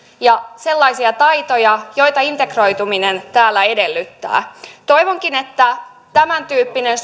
ja sellaisia taitoja joita integroituminen täällä edellyttää toivonkin että tällaisille toimenpiteille ja tämäntyyppiselle